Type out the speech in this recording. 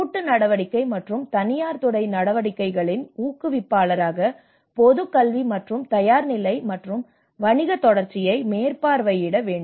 கூட்டு நடவடிக்கை மற்றும் தனியார் துறை நடவடிக்கைகளின் ஊக்குவிப்பாளர்களாக பொதுக் கல்வி மற்றும் தயார்நிலை மற்றும் வணிக தொடர்ச்சியை மேற்பார்வையிட வேண்டும்